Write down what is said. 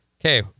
Okay